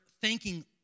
thanking